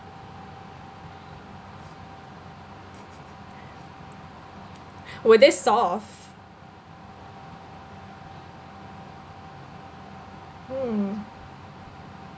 were they soft hmm